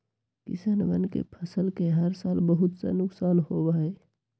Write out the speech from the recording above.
किसनवन के फसल के हर साल बहुत सा नुकसान होबा हई